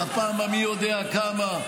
בפעם המי יודע כמה,